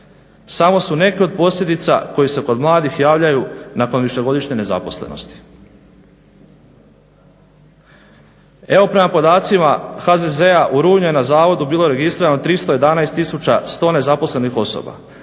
samo su neke od posljedica koji se kod mladih javljaju nakon višegodišnje nezaposlenosti. Evo prema podacima HZZ-a u rujnu je na zavodu bilo registrirano 311 100 nezaposlenih osoba.